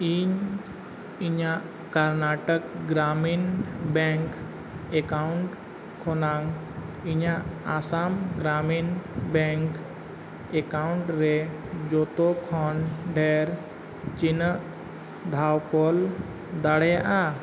ᱤᱧ ᱤᱧᱟᱹᱜ Karnataka Gramin bank account ᱠᱷᱚᱱᱟᱜ ᱤᱧᱟᱹᱜ ᱟᱥᱟᱢ ᱜᱨᱟᱢᱤᱱ ᱵᱮᱝᱠ ᱮᱠᱟᱣᱩᱱᱴ ᱨᱮ ᱡᱷᱚᱛᱚ ᱠᱷᱚᱱ ᱰᱷᱮᱨ ᱛᱤᱱᱟᱹᱜ ᱫᱷᱟᱣ ᱠᱳᱞ ᱫᱟᱲᱮᱭᱟᱜᱼᱟ